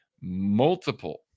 multiple